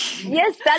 yes